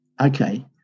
okay